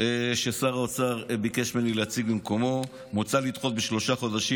ששר האוצר ביקש ממני להציג במקומו: מוצע לדחות בשלושה חודשים,